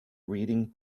reading